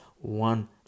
one